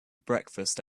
breakfast